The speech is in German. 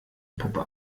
puppe